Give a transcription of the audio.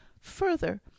Further